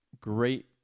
great